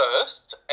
first